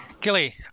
Gilly